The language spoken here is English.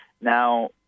Now